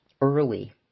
early